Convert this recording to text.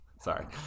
Sorry